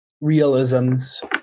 Realisms